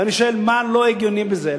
ואני שואל, מה לא הגיוני בזה?